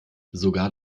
sogar